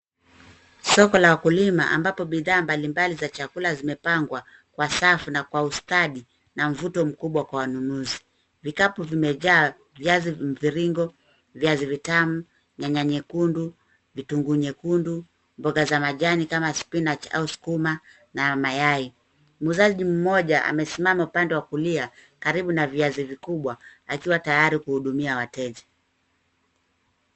Soko la wakulima ambapo bidhaa mbalimbali za chakula zimepangwa kwa safu na kwa ustadi na mvuto mkubwa kwa wanunuzi. Vikapu vimejaa viazi mviringo, viazi vitamu, nyanya nyekundu, vitunguu nyekundu, mboga za majani kama spinach au sukuma na mayai. Muuzaji mmoja amesimama upande wa kulia, karibu na viazi vikubwa akiwa tayari kuhudumia wateja.